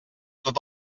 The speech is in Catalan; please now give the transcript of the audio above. tot